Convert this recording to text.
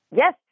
Yes